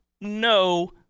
no